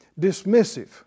dismissive